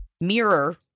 mirror